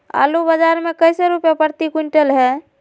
आलू बाजार मे कैसे रुपए प्रति क्विंटल है?